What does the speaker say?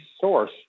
source